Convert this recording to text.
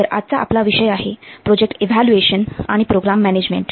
तर आजचा आपला विषय आहे प्रोजेक्ट इव्हॅल्युएशन आणि प्रोग्राम मॅनेजमेंट